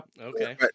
okay